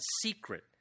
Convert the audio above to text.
secret